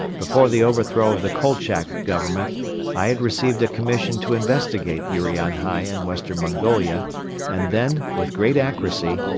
before the overthrow of the kolchak government i had received a commission to investigate urianhai and western mongolia and then, with great accuracy,